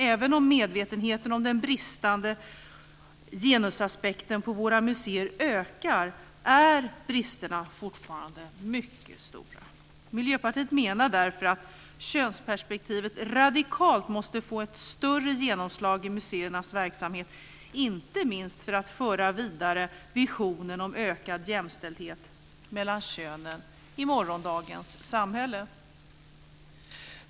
Även om medvetenheten om den bristande genusaspekten på våra museer ökar är bristerna fortfarande mycket stora. Miljöpartiet menar därför att könsperspektivet radikalt måste få ett större genomslag i museernas verksamhet, inte minst för att föra vidare visionen om ökad jämställdhet mellan könen i morgondagens samhälle.